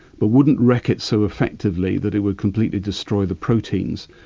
but wouldn't wreck it so effectively that it would completely destroys the proteins.